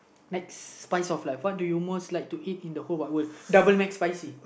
next spice of like what do you most like to eat in the whole wide world double Mcsspicy